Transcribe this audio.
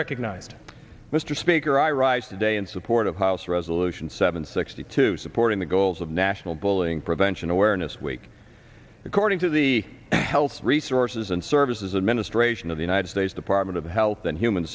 recognized mr speaker i rise today in support of house resolution seven sixty two supporting the goals of national bullying prevention awareness week according to the health resources and services administration of the united states department of health and human